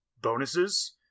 bonuses